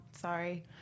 Sorry